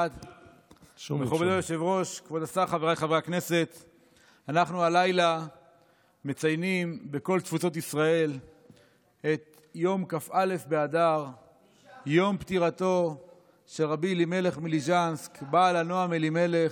פטירתו של רבי אלימלך מליז'נסק, בעל הנועם אלימלך,